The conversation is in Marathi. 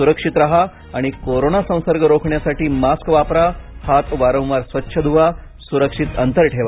सुरक्षित राहा आणि कोरोना संसर्ग रोखण्यासाठी मास्क वापरा हात वारंवार स्वच्छ धुवा सुरक्षित अंतर ठेवा